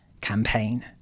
campaign